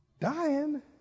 Dying